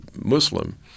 Muslim